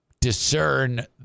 discern